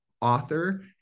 author